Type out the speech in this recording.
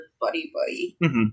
buddy-buddy